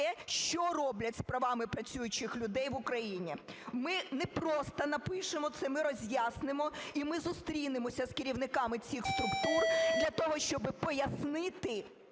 що роблять з правами працюючих людей в Україні. Ми не просто напишемо це, ми роз'яснимо, і ми зустрінемося з керівниками цих структур для того, щоби пояснити,